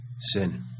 sin